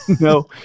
No